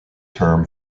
term